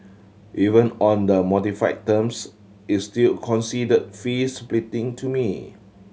even on the modified terms is still considered fee splitting to me